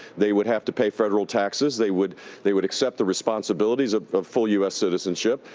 they would have to pay federal taxes. they would they would accept the responsibilities of full u s. citizenship.